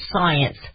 science